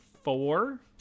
four